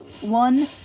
one